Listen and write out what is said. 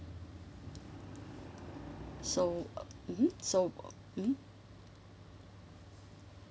so mmhmm so mmhmm